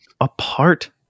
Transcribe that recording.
apart